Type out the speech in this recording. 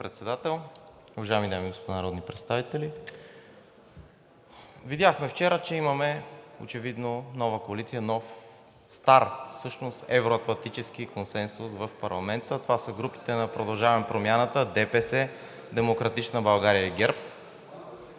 Председател, уважаеми дами и господа народни представители! Видяхме вчера, че имаме очевидно нова коалиция, нов – стар всъщност, евро-атлантически консенсус в парламента. Това са групите на „Продължаваме Промяната“, ДПС, „Демократична България“ и ГЕРБ